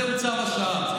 זהו צו השעה.